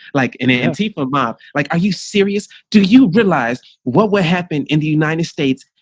like an empty for mom, like, are you serious do you realize what what happened in the united states?